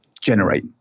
generate